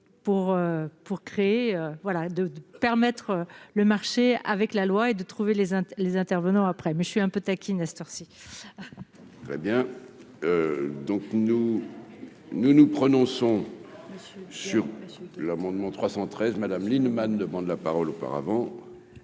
de permettre le marché avec la loi et de trouver les les intervenants après mais je suis un peu taquine à cette heure-ci. Très bien, donc nous, nous nous prononçons sur l'amendement 313 Madame Lienemann, demande la parole auparavant.